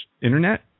internet